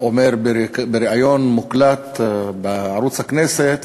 אומר בריאיון מוקלט בערוץ הכנסת